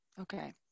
Okay